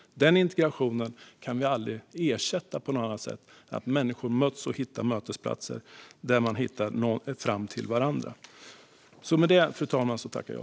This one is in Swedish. Den integrationen kan vi aldrig ersätta med något annat än att människor möts och hittar mötesplatser och når fram till varandra.